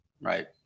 right